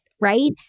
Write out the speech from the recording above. right